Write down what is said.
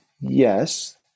yes